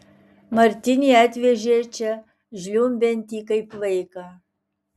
martinį atvežė čia žliumbiantį kaip vaiką